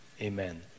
amen